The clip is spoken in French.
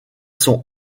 sont